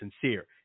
sincere